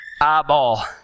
eyeball